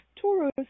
Taurus